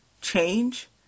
change